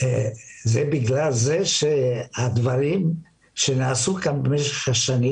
אלא בגלל שהדברים שנעשו כאן במשך השנים